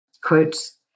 Quotes